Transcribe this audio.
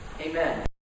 Amen